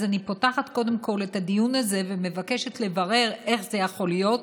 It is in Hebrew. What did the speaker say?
אז קודם כול אני פותחת את הדיון הזה ומבקשת לברר איך זה יכול להיות,